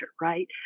right